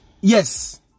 Yes